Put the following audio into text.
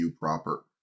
proper